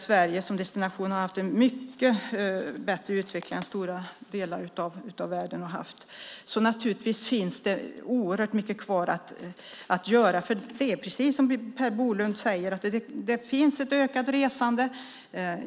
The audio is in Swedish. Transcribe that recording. Sverige som destination har haft en mycket bättre utveckling än stora delar av världen har haft. Naturligtvis finns det oerhört mycket kvar att göra, precis som Per Bolund säger. Det finns ett ökat resande.